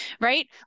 Right